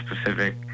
specific